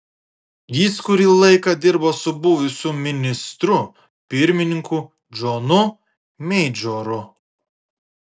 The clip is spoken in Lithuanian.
jis kurį laiką dirbo su buvusiu ministru pirmininku džonu meidžoru